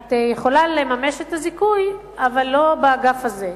את יכולה לממש את הזיכוי, אבל לא באגף הזה,